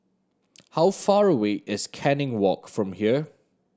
how far away is Canning Walk from here